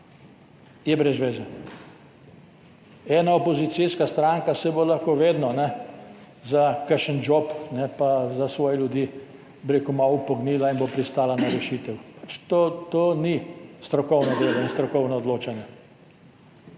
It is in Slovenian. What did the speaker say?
Je brez zveze. Ena opozicijska stranka se bo lahko vedno za kakšen job pa za svoje ljudi, bi rekel, malo upognila in bo pristala na rešitev. To ni strokovno delo in strokovno odločanje.